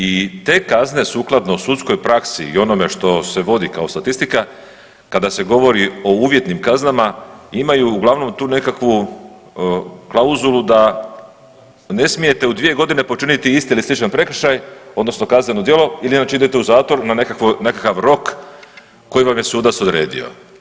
I te kazne sukladno sudskoj praksi i onome što se vodi kao statistika kada se govori o uvjetnim kaznama imaju uglavnom tu nekakvu klauzulu da ne smijete u dvije godine počiniti isti ili sličan prekršaj, odnosno kazneno djelo ili inače idete u zatvor na nekakav rok koji vam je sudac odredio.